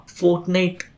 fortnite